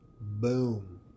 boom